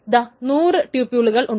ദാ 100 ടൂപ്യൂളുകൾ ഉണ്ട്